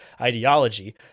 ideology